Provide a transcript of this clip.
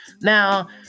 Now